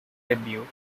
debut